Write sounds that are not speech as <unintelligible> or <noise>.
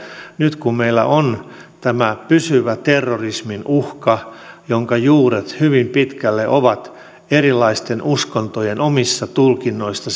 nyt kun meillä on tämä pysyvä terrorismin uhka jonka juuret hyvin pitkälle ovat erilaisten uskontojen omissa tulkinnoissa <unintelligible>